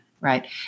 right